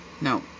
no